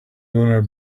owner